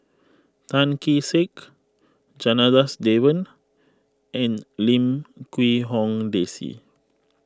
Tan Kee Sek Janadas Devan and Lim Quee Hong Daisy